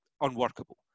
unworkable